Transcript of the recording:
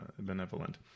benevolent